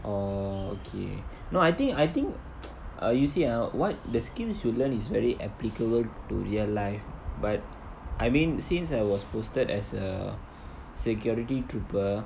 oh okay no I think I think ah you see ah what the skills you learn is very applicable to real life but I mean since I was posted as a security trooper